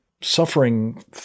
suffering